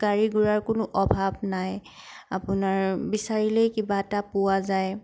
গাড়ী গুড়াৰ কোনো অভাৱ নাই আপোনাৰ বিচাৰিলেই কিবা এটা পোৱা যায়